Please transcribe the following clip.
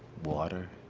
water,